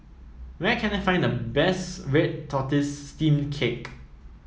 where can I find the best Red Tortoise Steamed Cake